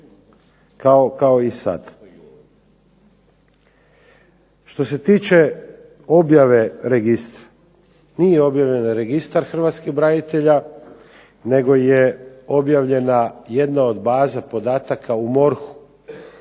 kao i sad. Što se tiče objave registar, nije objavljen registar Hrvatskih branitelja nego je objavljena jedna od baze podataka u MORH-u